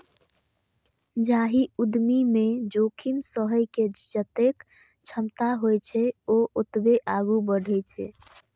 जाहि उद्यमी मे जोखिम सहै के जतेक क्षमता होइ छै, ओ ओतबे आगू बढ़ै छै